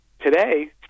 Today